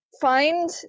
find